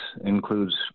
includes